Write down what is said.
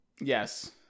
Yes